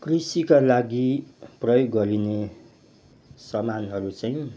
कृषिका लागि प्रयोग गर्ने सामानहरू चाहिँ